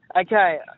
Okay